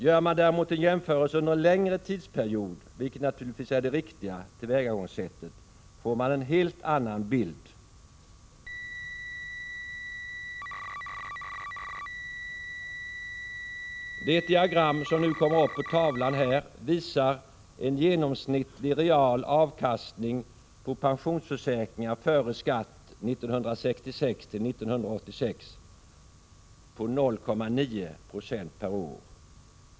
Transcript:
Gör man däremot en jämförelse under en längre tidsperiod, vilket naturligtvis är det riktiga tillvägagångssättet, får man en helt annan bild. Diagrammet, som nu visas på kammarens bildskärm, anger en genomsnittlig real avkastning på pensionsförsäkringar före skatt 1966—1986 på 0,9 9o per år.